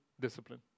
discipline